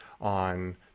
on